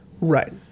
Right